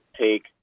take